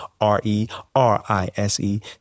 r-e-r-i-s-e